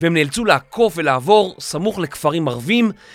והם נאלצו לעקוף ולעבור סמוך לכפרים ערבים